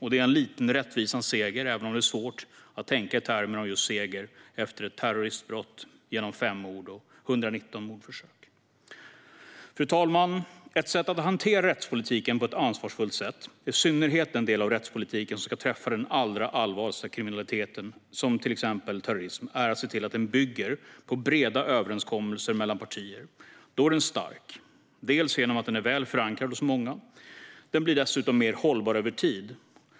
Detta är en liten rättvisans seger, även om det är svårt att tänka i termer av just seger efter ett terroristbrott genom fem mord och 119 mordförsök. Fru talman! En metod att hantera rättspolitiken på ett ansvarsfullt sätt - i synnerhet den del av rättspolitiken som ska träffa den allra allvarligaste kriminaliteten, till exempel terrorism - är att se till att den bygger på breda överenskommelser mellan partier. Då är den stark, dels genom att den är väl förankrad hos många, dels genom att den blir mer hållbar över tid.